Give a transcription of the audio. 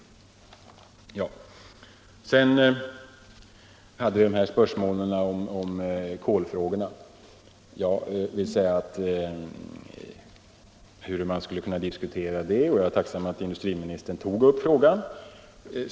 Vidare hade vi kolfrågorna. Jag är tacksam för att industriministern tog upp frågan.